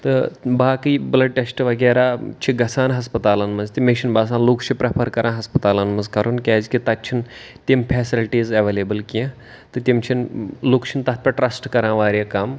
تہٕ باقٕے blood test وَغیرہ چھُ گَژھان ہسپَتالَن منٛز تہِ مےٚ چھُنہٕ باسان لُکھ چھُ پرؠفر کَران ہسپَتالَن منٛز کَرُن کیازکہِ تَتہِ چھُنہٕ تِمہٕ فیسلٹیِز ایٚولیبٕل کینٛہہ تہٕ تِمہٕ چھُنٕہ لُکھ چھُ تَتھ پؠٹھ ٹرسٹ کَران واریاہ کم